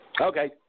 Okay